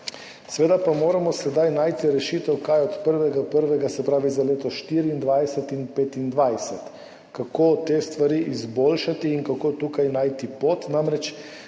seveda pa moramo sedaj najti rešitev, kaj od 1. 1., se pravi za leto 2024 in 2025, kako te stvari izboljšati in kako tukaj najti pot. Namreč,